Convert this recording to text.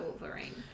Wolverine